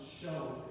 show